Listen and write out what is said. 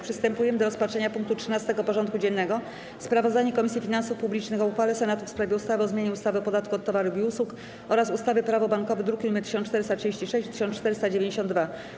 Przystępujemy do rozpatrzenia punktu 13. porządku dziennego: Sprawozdanie Komisji Finansów Publicznych o uchwale Senatu w sprawie ustawy o zmianie ustawy o podatku od towarów i usług oraz ustawy - Prawo bankowe (druki nr 1436 i 1492)